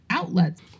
outlets